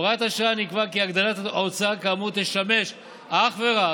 בהוראת השעה נקבע כי הגדלת ההוצאה כאמור תשמש אך ורק,